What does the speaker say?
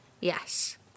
Yes